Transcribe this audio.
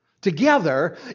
together